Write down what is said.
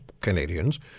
Canadians